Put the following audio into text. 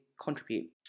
contribute